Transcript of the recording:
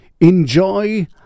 enjoy